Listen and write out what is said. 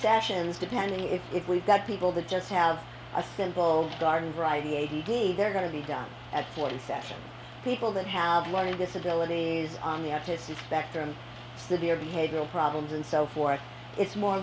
sessions depending if if we've got people that just have a simple garden variety a game they're going to be done at one session people that have learning disabilities on the up to suspect them severe behavioral problems and so forth it's more